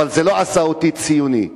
אבל זה לא עשה אותי ציוני.